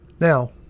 Now